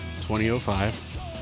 2005